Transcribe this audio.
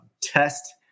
test